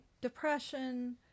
depression